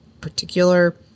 particular